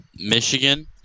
michigan